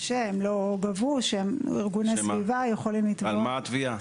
שארגוני תביעה יכולים לתבוע,